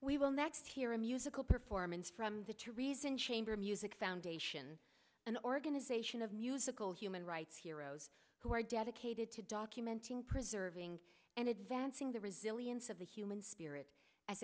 we will next hear a musical performance from the true reason chamber music foundation an organization of musical human rights heroes who are dedicated to documenting preserving and advancing the resilience of the human spirit as